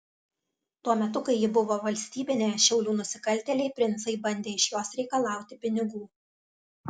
tuo metu kai ji buvo valstybinė šiaulių nusikaltėliai princai bandė iš jos reikalauti pinigų